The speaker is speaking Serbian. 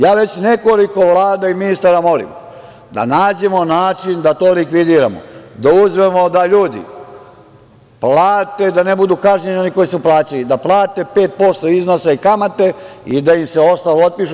Ja već nekoliko vlada i ministara molim da nađemo način da to likvidiramo, da uzmemo da ljudi plate, da ne budu kažnjeni oni koji su plaćali, da plate 5% iznose i kamate i da im se ostalo otpiše.